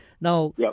Now